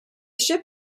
ship